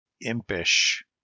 impish